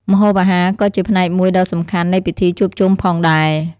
ម្ហូបអាហារក៏ជាផ្នែកមួយដ៏សំខាន់នៃពិធីជួបជុំផងដែរ។